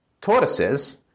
tortoises